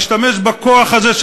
משתמש בכוח הזה,